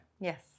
Yes